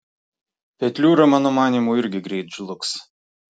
petliūra mano manymu irgi greit žlugs